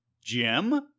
Jim